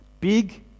Big